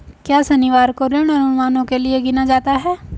क्या शनिवार को ऋण अनुमानों के लिए गिना जाता है?